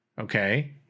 okay